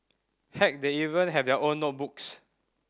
heck they even have their own notebooks